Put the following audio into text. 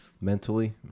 Mentally